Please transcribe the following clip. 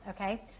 okay